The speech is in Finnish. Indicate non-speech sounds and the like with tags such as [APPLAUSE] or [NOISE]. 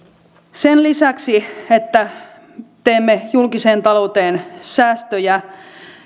sen lisäksi [UNINTELLIGIBLE] [UNINTELLIGIBLE] että teemme julkiseen talouteen säästöjä